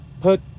put